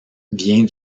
vient